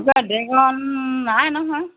কিবা ড্ৰেগন নাই নহয়